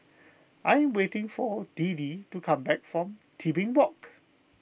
I am waiting for Deedee to come back from Tebing Walk